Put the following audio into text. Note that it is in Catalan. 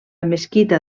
mesquita